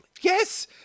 Yes